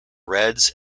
reds